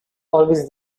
always